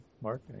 Mark